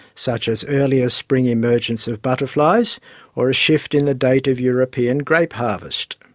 such as earlier spring emergence of butterflies or a shift in the date of european grape harvest.